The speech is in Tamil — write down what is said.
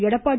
எடப்பாடி